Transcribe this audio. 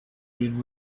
been